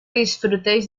disfrutéis